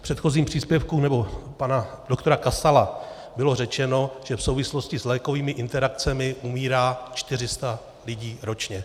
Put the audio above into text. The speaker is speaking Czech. V předchozím příspěvku, nebo pana doktora Kasala, bylo řečeno, že v souvislosti s lékovými interakcemi umírá 400 lidí ročně.